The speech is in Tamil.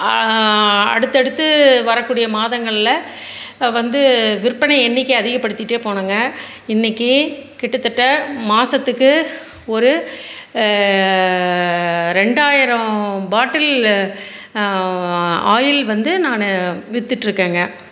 அடுத்தடுத்து வரக்கூடிய மாதங்கள்ல வந்து விற்பனை எண்ணிக்கை அதிகப்படுத்திகிட்டே போனேங்க இன்னைக்கு கிட்டத்தட்ட மாதத்துக்கு ஒரு ரெண்டாயிரம் பாட்டில் ஆயில் வந்து நான் வித்துகிட்ருக்கேங்க